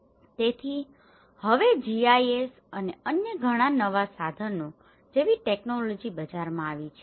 તેથી અહીં હવે GIS અને અન્ય ઘણા નવા સાધનો જેવી ટેક્નોલોજી બજારમાં આવી છે